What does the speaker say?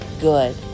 good